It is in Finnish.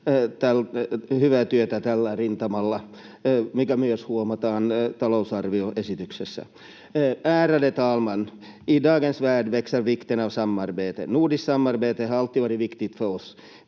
hyvää työtä tällä rintamalla, mikä myös huomataan talousarvioesityksessä. Ärade talman! I dagens värld växer vikten av samarbete. Nordiskt samarbete har alltid varit viktigt för oss,